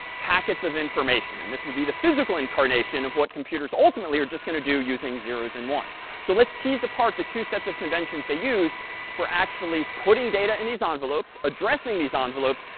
packets of information. and this would be the physical incarnation of what computers ultimately are just going to do using zeros and ones. so let's tease apart the two sets of conventions they use for actually putting data in these ah envelopes, addressing these ah envelopes,